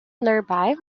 nearby